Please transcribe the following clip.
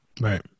Right